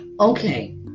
okay